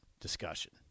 discussion